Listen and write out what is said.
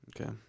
Okay